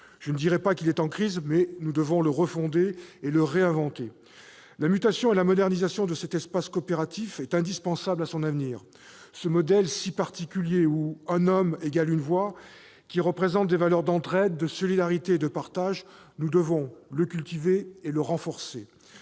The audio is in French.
Je ne dirai pas qu'il est en crise, mais nous devons le refonder et le réinventer. La mutation et la modernisation de cet espace coopératif sont indispensables à son avenir. Ce modèle si particulier, où un homme égale une voix, qui représente des valeurs d'entraide, de solidarité et de partage, nous devons le cultiver et le renforcer.